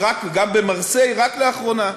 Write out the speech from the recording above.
גם במרסיי, רק לאחרונה.